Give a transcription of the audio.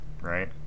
right